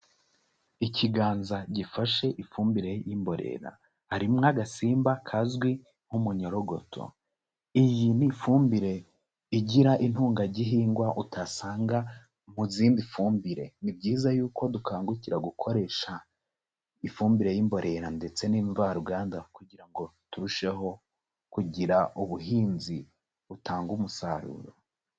Ikiganza gifashe ifumbire y'imborera, harimo agasimba kazwi nk'umunyorogoto, iyi ni ifumbire igira intungagihingwa utasanga mu zindi fumbire, ni byiza yuko dukangukira gukoresha ifumbire y'imborera ndetse n'imvaruganda kugira ngo turusheho kugira ubuhinzi butanga umusaruro.